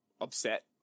upset